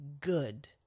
good